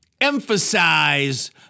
emphasize